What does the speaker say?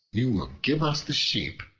you will give us the sheep,